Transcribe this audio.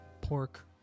pork